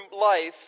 life